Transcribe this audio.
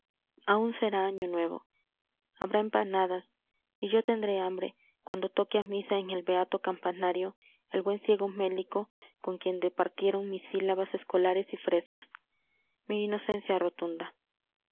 aun será año nuevo habrá empanadas y yo tendré hambre cuando toque a misa en el beato campanario el buen ciego mélico con quien departieron mis sílabas escolares y frescas mi inocencia rotunda